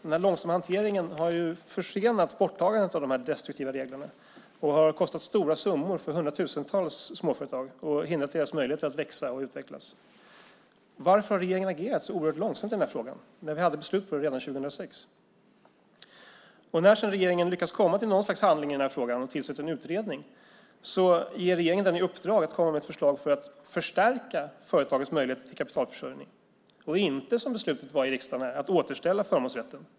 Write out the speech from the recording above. Den långsamma hanteringen har försenat borttagandet av de destruktiva reglerna och kostat stora summor för hundratusentals småföretag och hindrat dem från att växa och utvecklas. Varför har regeringen agerat så oerhört långsamt i denna fråga med tanke på att vi hade ett beslut på det redan 2006? När regeringen sedan lyckas komma till något slags handling och tillsätter en utredning får den i uppdrag att komma med förslag om att förstärka företagens möjligheter till kapitalförsörjning och inte, som beslutet var i riksdagen, att återställa förmånsrätten.